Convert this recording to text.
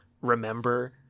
remember